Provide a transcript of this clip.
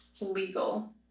legal